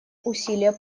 усилия